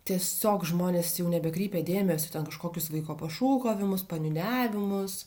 tiesiog žmonės jau nebekreipia dėmesio į ten kažkokius vaiko pašūkavimus paniūniavimus